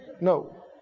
No